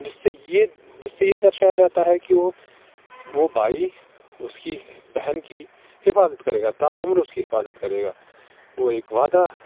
جس سے یہ جس سے درشایا جاتا ہے کہ وہ وہ بھائی اس کی بہن کی حفاظت کرے گا تا عمر اس کی حفاظت کرے گا وہ ایک وعدہ